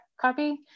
copy